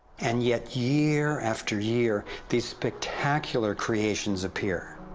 and yet, year after year, these spectacular creations appear.